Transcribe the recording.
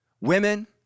women